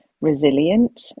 resilient